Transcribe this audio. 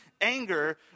anger